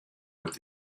with